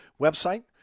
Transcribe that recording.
website